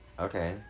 Okay